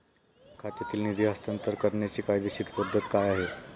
खात्यातील निधी हस्तांतर करण्याची कायदेशीर पद्धत काय आहे?